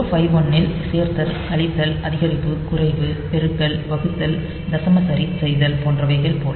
8051 இல் சேர்த்தல் கழித்தல் அதிகரிப்பு குறைவு பெருக்கல் வகுத்தல் தசம சரிசெய்தல் போன்றவைகள் போல